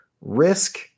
risk